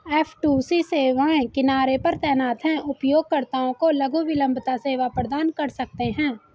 F two C सेवाएं किनारे पर तैनात हैं, उपयोगकर्ताओं को लघु विलंबता सेवा प्रदान कर सकते हैं